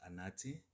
anati